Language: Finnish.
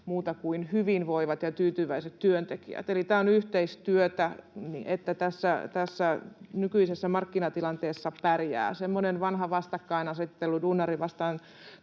muuta kuin hyvinvoivat ja tyytyväiset työntekijät, eli tämä on yhteistyötä, että tässä nykyisessä markkinatilanteessa pärjää. Semmoinen vanha vastakkainasettelu, duunari vastaan